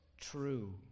true